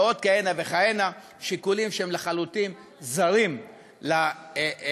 ועוד כהנה וכהנה שיקולים שהם לחלוטין זרים לעניין.